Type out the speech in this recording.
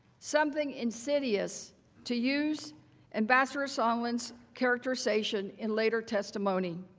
something insidious to use ambassador sondland's characterization in later testimony.